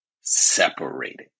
separated